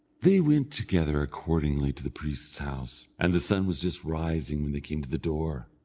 they went together accordingly to the priest's house, and the sun was just rising when they came to the door.